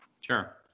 Sure